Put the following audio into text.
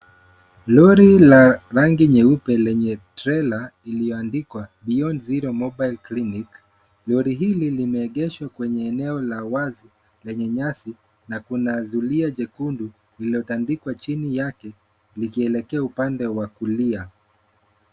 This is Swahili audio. Lori la rangi nyeupe lenye trela, iliyoandikwa beyond zero mobile clinic .Lori hili limeegeshwa kwenye eneo la wazi, lenye nyasi na kuna zulia jekundu lililotandikwa chini yake likielekea upande wa kulia.